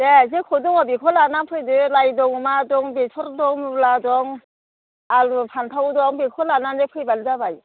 दे जेखौ दङ बेखौ लाना फैदो लाइ दं मा दं बेसर दं मुला दं आलु फान्थाव दं बेखौ लानानै फैबानो जाबाय